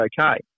okay